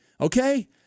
okay